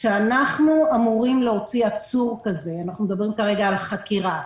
כשאנחנו אמורים להוציא עצור כזה אנחנו מדברים על חקירה